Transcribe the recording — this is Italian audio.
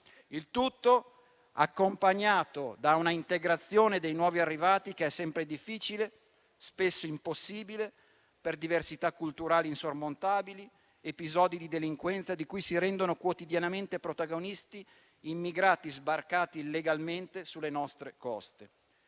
è stato accompagnato da un'integrazione dei nuovi arrivati che è sempre difficile e spesso impossibile, per diversità culturali insormontabili ed episodi di delinquenza di cui si rendono quotidianamente protagonisti immigrati sbarcati illegalmente sulle nostre coste.